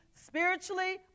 spiritually